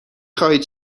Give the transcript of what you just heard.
خواهید